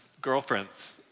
girlfriends